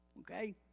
Okay